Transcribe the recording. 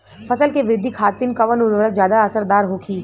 फसल के वृद्धि खातिन कवन उर्वरक ज्यादा असरदार होखि?